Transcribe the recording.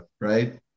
Right